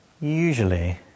usually